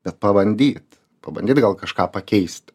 bet pabandyt pabandyt gal kažką pakeist